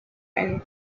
and